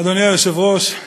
אדוני היושב-ראש,